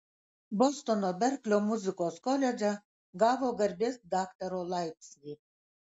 bostono berklio muzikos koledže gavo garbės daktaro laipsnį